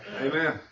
Amen